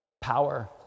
power